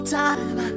time